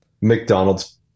McDonald's